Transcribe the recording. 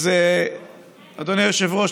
אז אדוני היושב-ראש,